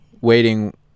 waiting